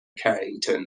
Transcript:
carrington